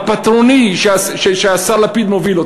הפטרוני שהשר לפיד מוביל,